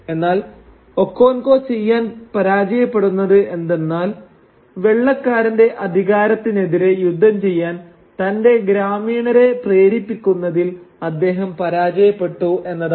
എന്നാൽ ഒക്കോൻകോ ചെയ്യാൻ പരാജയപ്പെടുന്നത് എന്തെന്നാൽ വെള്ളക്കാരന്റെ അധികാരത്തിനെതിരെ യുദ്ധം ചെയ്യാൻ തന്റെ ഗ്രാമീണരെ പ്രേരിപ്പിക്കുന്നതിൽ അദ്ദേഹം പരാജയപ്പെട്ടു എന്നതാണ്